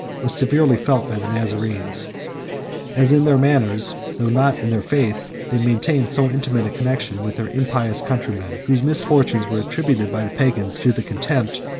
was severely felt by the nazarenes as in their manners, though not in their faith, they maintained so intimate a connection with their impious countrymen, whose misfortunes were attributed by the pagans to the contempt,